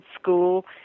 school